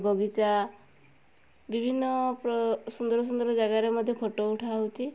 ବଗିଚା ବିଭିନ୍ନ ସୁନ୍ଦର ସୁନ୍ଦର ଜାଗାରେ ମଧ୍ୟ ଫଟୋ ଉଠା ହୋଉଛି